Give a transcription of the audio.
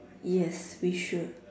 yes we should